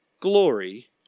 glory